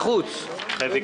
הפנייה